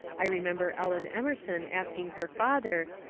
i remember ellen emerson asking her father,